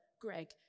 Greg